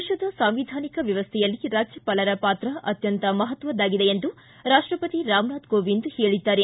ದೇಶದ ಸಾಂವಿಧಾನಿಕ ವ್ಯವಸ್ಥೆಯಲ್ಲಿ ರಾಜ್ಯಪಾಲರ ಪಾತ್ರ ಅತ್ತಂತ ಮಹತ್ವದ್ದಾಗಿದೆ ಎಂದು ರಾಷ್ಟಪತಿ ರಾಮನಾಥ್ ಕೋವಿಂದ್ ಹೇಳಿದ್ದಾರೆ